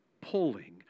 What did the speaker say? pulling